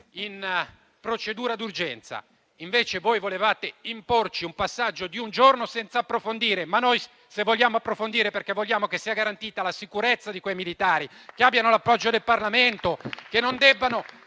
in procedura d'urgenza. Invece voi volevate imporci un passaggio di un giorno senza approfondire. Se vogliamo approfondire è perché vogliamo che sia garantita la sicurezza di quei militari, che abbiano l'appoggio del Parlamento, che non debbano